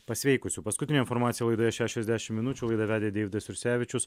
pasveikusiu paskutinė informaciją laidoje šešiasdešimt minučių laidą vedė deividas jursevičius